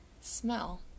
Smell